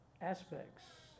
aspects